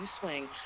swing